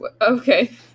Okay